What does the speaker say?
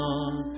on